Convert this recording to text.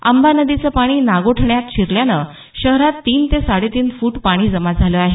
आंबा नदीचं पाणी नागोठण्यात शिरल्यानं शहरात तीन ते साडेतीन फूट पाणी जमा झालं आहे